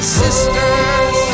sisters